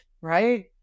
right